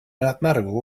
mathematical